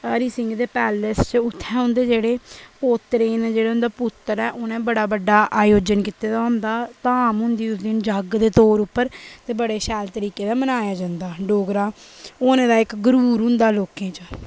हरि सिंह दे पैलस च उत्थै उंदे पोत्तरे न जेह्ड़े उंदा पुत्तर ऐ उ'न्नै बड़ा बड्डा आयोजन कीते दा होंदा धाम होंदी उस दिन जग दे तौर उप्पर ते बड्डे शैल तरीके कन्नै मनाया जंदा ऐ डोगरा होने दा इक गरूर होंदा लोकें च